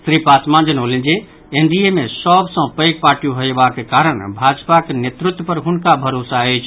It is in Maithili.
श्री पासवान जनौलनि जे एनडीए मे सभ सँ पैघ पार्टी होयबाक कारण भाजपाक नेतृत्व पर हुनका भरोसा अछि